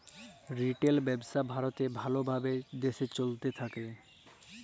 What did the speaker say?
retail ব্যবসা ভারতে ভাল ভাবে দেশে চলতে থাক্যে